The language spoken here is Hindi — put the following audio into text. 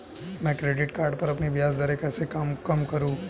मैं क्रेडिट कार्ड पर अपनी ब्याज दरें कैसे कम करूँ?